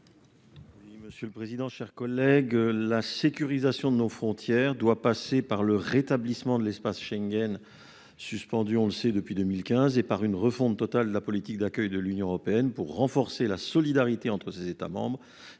Monsieur le président. Chers collègues, la sécurisation de nos frontières doit passer par le rétablissement de l'espace Schengen. Suspendu, on le sait depuis 2015 et par une refonte totale de la politique d'accueil de l'Union européenne pour renforcer la solidarité entre ses États membres